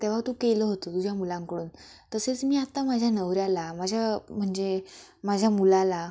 तेव्हा तू केलं होतं तुझ्या मुलांकडून तसेच मी आत्ता माझ्या नवऱ्याला माझ्या म्हणजे माझ्या मुलाला